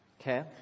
okay